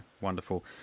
wonderful